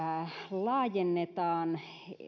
laajennetaan